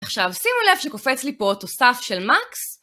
עכשיו ,שימו לב ,שקופץ לי פה תוסף של "מקס"